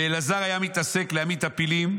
"ואלעזר היה מתעסק להמית הפילים,